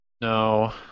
No